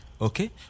okay